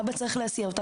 האבא צריך להסיע אותה,